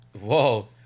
Whoa